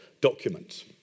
documents